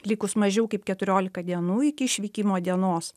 likus mažiau kaip keturiolika dienų iki išvykimo dienos